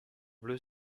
bleue